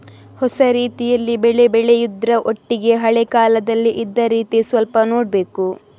ಹೊಸ ರೀತಿಯಲ್ಲಿ ಬೆಳೆ ಬೆಳೆಯುದ್ರ ಒಟ್ಟಿಗೆ ಹಳೆ ಕಾಲದಲ್ಲಿ ಇದ್ದ ರೀತಿ ಸ್ವಲ್ಪ ನೋಡ್ಬೇಕು